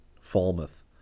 Falmouth